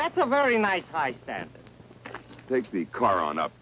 that's a very nice hike that takes the car on up